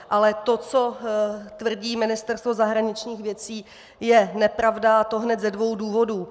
Ale to, co tvrdí Ministerstvo zahraničních věcí, je nepravda, a to hned ze dvou důvodů.